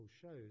shows